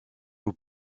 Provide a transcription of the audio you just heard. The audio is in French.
aux